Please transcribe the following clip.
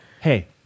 Hey